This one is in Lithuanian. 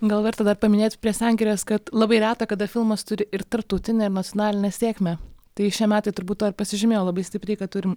gal verta dar paminėti prie sengirės kad labai reta kada filmas turi ir tarptautinę ir nacionalinę sėkmę tai šie metai turbūt tuo ir pasižymėjo labai stipriai kad turim